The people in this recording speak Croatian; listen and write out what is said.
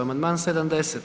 Amandman 70.